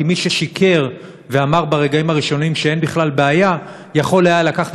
כי מי ששיקר ואמר ברגעים הראשונים שאין בכלל בעיה יכול היה לקחת